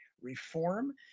Reform